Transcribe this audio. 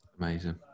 Amazing